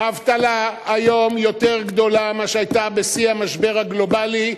האבטלה היום יותר גדולה מאשר היתה בשיא המשבר הגלובלי,